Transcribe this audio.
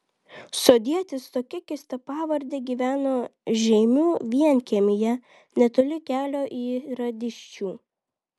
sodietis tokia keista pavarde gyveno žeimių vienkiemyje netoli kelio į radyščių